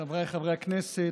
חבריי חברי הכנסת,